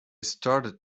started